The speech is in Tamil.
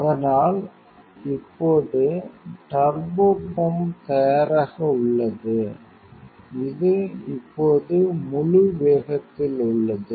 அதனால் இப்போது டர்போபம்ப் தயாராக உள்ளது இது இப்போது முழு வேகத்தில் உள்ளது